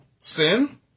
sin